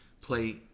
play